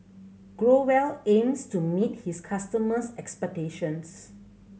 Growell aims to meet his customers' expectations